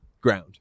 ground